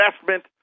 investment